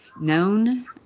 known